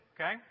Okay